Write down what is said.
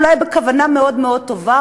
אולי בכוונה מאוד מאוד טובה,